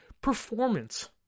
performance